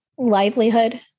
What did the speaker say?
livelihood